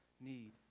need